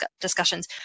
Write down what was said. discussions